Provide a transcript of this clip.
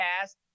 cast